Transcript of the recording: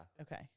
Okay